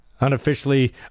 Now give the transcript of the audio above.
unofficially